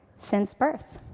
since birth.